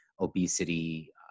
obesity